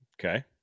Okay